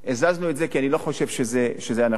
הזזנו את זה, כי אני לא חושב שזה הנכון.